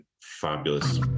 fabulous